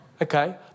Okay